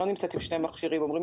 דברי